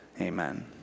Amen